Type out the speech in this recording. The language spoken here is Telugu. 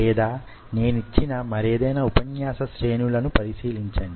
లేదా నేనిచ్చిన మరేదైనా ఉపన్యాస శ్రేణులను పరిశీలించండి